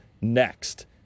next